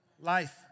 life